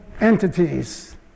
entities